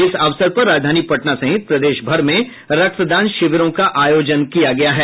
इस अवसर पर राजधानी पटना सहित प्रदेश भर में रक्तदान शिविरों का आयोजन किया गया है